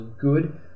good